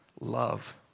love